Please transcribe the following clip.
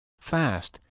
fast